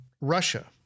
Russia